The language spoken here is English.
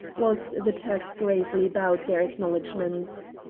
whilst the turks gravely bowed their acknowledgments.